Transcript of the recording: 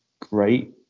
great